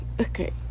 Okay